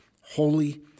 holy